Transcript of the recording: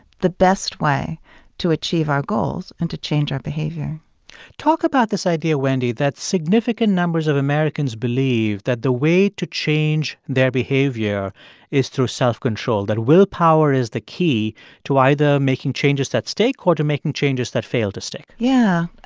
the best way to achieve our goals and to change our behavior talk about this idea, wendy, that significant numbers of americans believe that the way to change their behavior is through self-control, that willpower is the key to either making changes that stick or to making changes that fail to stick yeah.